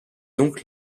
donc